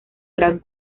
gran